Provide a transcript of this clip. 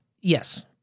yes